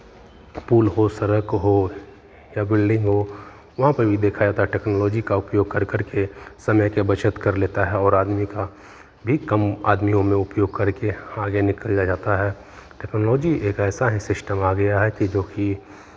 pool हो सड़क हो या बिल्डिंग हो वहाँ पे भी देखा जाता है टेक्नोलोजी का उपयोग कर कर के समय के बचत कर लेता है और आदमी का भी कम आदमियों में उपयोग करके आगे निकल लिया जाता है टेक्नोलोजी एक ऐसा ही सिस्टम आ गया है कि जो कि